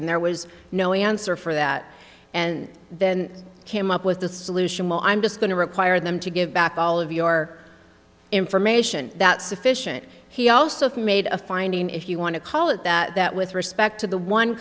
and there was no answer for that and then came up with the solution well i'm just going to require them to give back all of your information that sufficient he also made a finding if you want to call it that with respect to the one